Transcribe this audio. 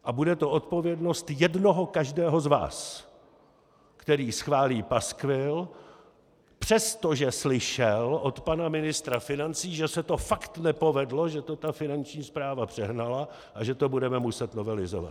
A bude to odpovědnost jednoho každého z vás, který schválí paskvil přesto, že slyšel od pana ministra financí, že se to fakt nepovedlo, že to ta Finanční správa přehnala a že to budeme muset novelizovat.